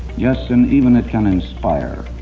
yes and even it can inspire.